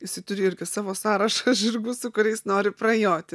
jisai turi irgi savo sąrašą žirgų su kuriais nori prajoti